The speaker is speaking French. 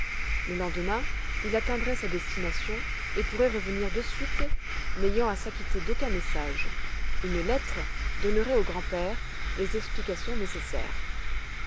le lendemain il atteindrait sa destination et pourrait revenir de suite n'ayant à s'acquitter d'aucun message une lettre donnerait au grand-père les explications nécessaires